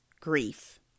grief